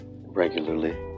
regularly